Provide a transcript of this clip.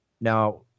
Now